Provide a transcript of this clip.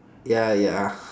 ya ya